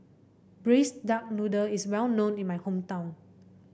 Braised Duck Noodle is well known in my hometown